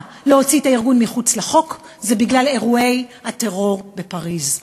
להוציא את הארגון מחוץ לחוק זה אירועי הטרור בפריז.